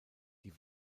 die